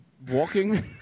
Walking